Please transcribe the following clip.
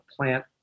plant